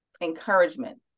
encouragement